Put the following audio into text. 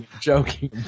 Joking